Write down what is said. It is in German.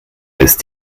ist